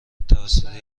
توسط